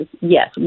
yes